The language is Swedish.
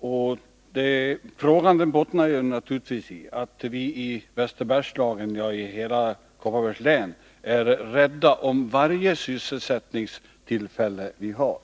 på min fråga, som naturligtvis bottnar i att vi i Västerbergslagen — ja, i hela Kopparbergs län — är rädda om varje sysselsättningstillfälle vi har.